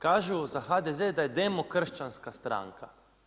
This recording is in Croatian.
Kažu za HDZ da je demokršćanska stranka.